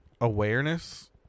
awareness